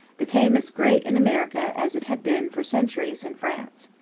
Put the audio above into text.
became as great in america as it had been for centuries in france.